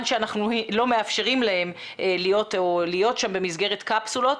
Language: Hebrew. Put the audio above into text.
שאנחנו לא מאפשרים להם להיות שם במסגרת קפסולות.